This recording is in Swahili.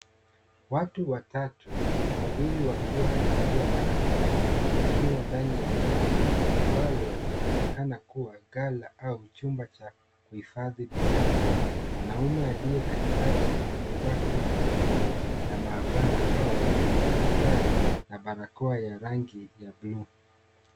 Watu watatu, wawili wakiwa wamevalia barakoa wakiwa ndani la jengo ambalo linaonekana kuwa nakala au jumba cha kuhifadhi bidhaa. Mwanaume aliye katikati amevaa koti jeupe la maabara au la daktari nna barakoa ya rangi ya bluu.